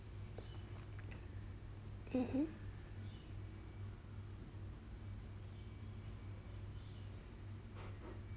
mmhmm